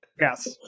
Yes